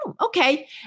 Okay